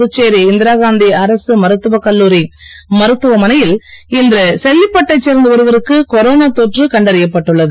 புதுச்சேரி இந்திராகாந்தி அரசு மருத்துவக் கல்லூரி மருத்துவமனையில் சேர்ந்த செல்லிப்பட்டை கொரோனா இன்று ஒருவருக்கு தொற்று கண்டறியப்பட்டுள்ளது